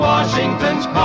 Washington's